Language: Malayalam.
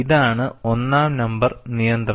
ഇതാണ് ഒന്നാം നമ്പർ നിയന്ത്രണം